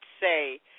say